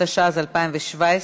התשע"ז 2017,